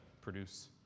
produce